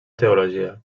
teologia